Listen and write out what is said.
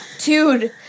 Dude